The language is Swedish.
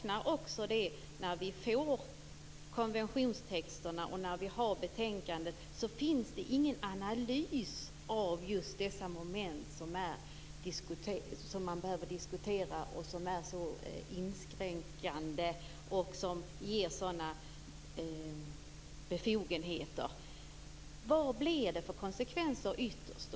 När det gäller konventionstexterna finns i betänkandet ingen analys av just sådana moment som man behöver diskutera, som är inskränkande och ger sådana här befogenheter. Vad blev det för konsekvenser ytterst?